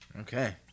Okay